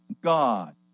God